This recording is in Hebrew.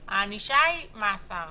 בית המשפט העליון כתב פסק